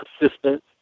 assistant